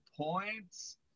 points